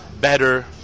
better